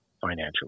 financially